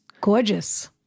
Gorgeous